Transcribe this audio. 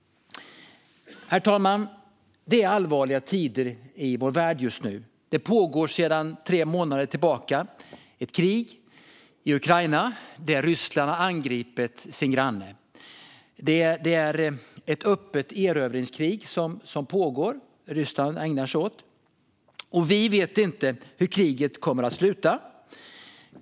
Herr talman! Det är allvarliga tider i vår värld just nu. Det pågår sedan tre månader tillbaka ett krig i Ukraina där Ryssland har angripit sin granne. Det är ett öppet erövringskrig som Ryssland ägnar sig åt, och vi vet inte hur kriget kommer att sluta.